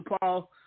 Paul